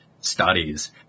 studies